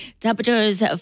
Temperatures